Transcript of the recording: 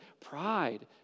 Pride